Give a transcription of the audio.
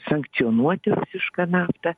sankcionuoti rusišką naftą